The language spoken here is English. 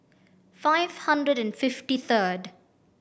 five hundred and fifty third